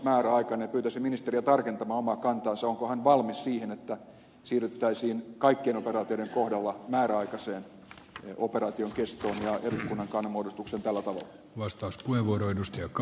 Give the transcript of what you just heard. pyytäisin ministeriä tarkentamaan omaa kantaansa onko hän valmis siihen että siirryttäisiin kaikkien operaatioiden kohdalla määräaikaiseen operaation kestoon ja eduskunnan kannanmuodostukseen tällä tavalla